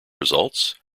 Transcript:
results